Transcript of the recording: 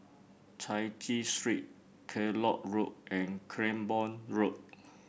Chai Chee Street Kellock Road and Cranborne Road